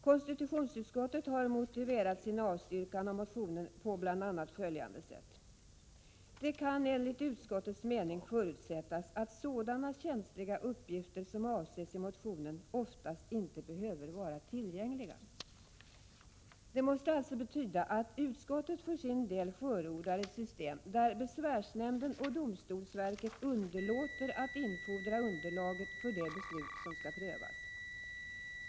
Konstitutionsutskottet har motiverat sin avstyrkan av det yrkande som återfinns i motionen på bl.a. följande sätt: ”Det kan enligt utskottets mening förutsättas att sådana känsliga uppgifter som avses med motionen oftast inte behöver vara tillgängliga ———.” Detta måste betyda att utskottet för sin del förordar ett system där besvärsnämnden och domstolsverket underlåter att infordra underlaget för de beslut som skall prövas.